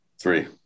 Three